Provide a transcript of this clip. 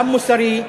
גם מוסרי,